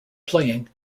playing